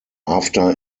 after